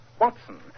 Watson